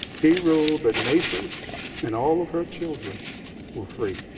he ruled that mason and all of her children were free.